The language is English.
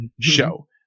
show